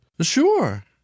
Sure